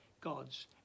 God's